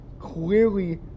clearly